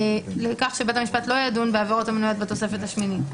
לכך שבית המשפט לא ידון בעבירות המנויות בתוספת השמינית.